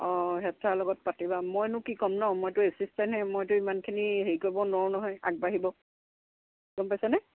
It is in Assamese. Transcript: অঁ হেড ছাৰৰ লগত পাতিবা মইনো কি ক'ম নহ্ মইতো এচিষ্টেণ্টহে মইতো ইমানখিনি হেৰি কৰিব নোৱাৰো নহয় আগবাঢ়িব গম পাইছেনে